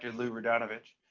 lew radonovich,